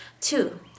two